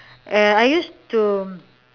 err I used to